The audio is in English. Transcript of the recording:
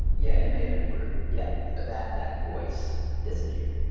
yeah, it may have been a group. yeah. but that that voice disappeared.